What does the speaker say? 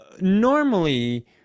normally